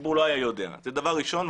הציבור לא היה יודע וזה דבר ראשון.